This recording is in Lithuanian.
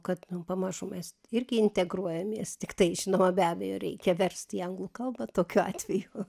kad pamažu mes irgi integruojamės tiktai žinoma be abejo reikia verst į anglų kalbą tokiu atveju